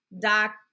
doc